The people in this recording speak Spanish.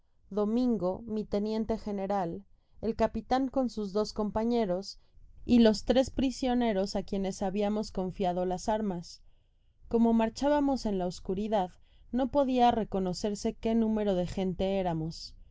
domingo mi teniente general el capitan con sus dos compañeros y los tres prisioneros á quienes habiannos confiado las armas como marchábamos en la oscuridad no podia reconocerse qué número de gente éramos